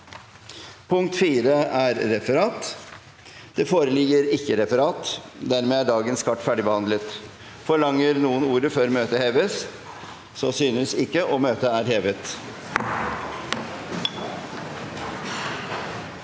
Presidenten: Det foreligger ikke noe referat. Dermed er dagens kart ferdigbehandlet. Forlanger noen ordet før møtet heves? – Så synes ikke, og møtet er hevet.